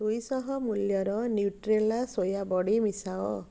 ଦୁଇଶହ ମୂଲ୍ୟର ନ୍ୟୁଟ୍ରେଲା ସୋୟାବଡ଼ି ମିଶାଅ